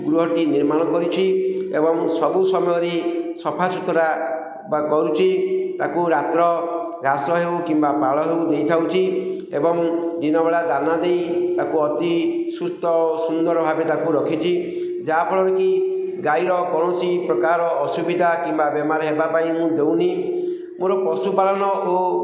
ଗୃହଟି ନିର୍ମାଣ କରିଛି ଏବଂ ସବୁ ସମୟରେ ସଫାସୁତୁରା ବା କରୁଛି ତାକୁ ରାତ୍ର ଘାସ ହଉ କିମ୍ବା ପାଳ ହଉ ଦେଇଥାଉଛି ଏବଂ ଦିନ ବେଳା ଦାନା ଦେଇ ତାକୁ ଅତି ସୁସ୍ଥ ଓ ସୁନ୍ଦର ଭାବେ ତାକୁ ରଖିଚି ଯାହାଫଳରେ କି ଗାଈର କୌଣସି ପ୍ରକାର ଅସୁବିଧା କିମ୍ବା ବେମାର ହେବା ପାଇଁ ମୁଁ ଦେଉନି ମୋର ପଶୁପାଳନ ଓ